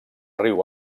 riu